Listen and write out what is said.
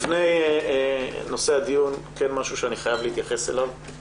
לפני נושא הדיון, כן משהו שאני חייב להתייחס אליו.